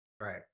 Right